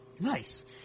Nice